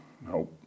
No